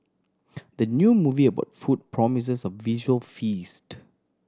the new movie about food promises a visual feast